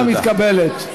ההצעה מתקבלת.